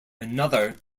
another